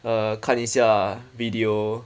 err 看一下 video